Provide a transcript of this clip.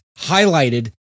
highlighted